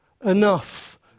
enough